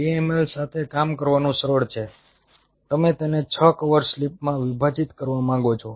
2 ml સાથે કામ કરવાનું સરળ છે તમે તેને 6 કવર સ્લિપમાં વિભાજીત કરવા માંગો છો